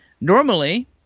normally